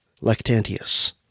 Lactantius